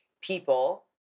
people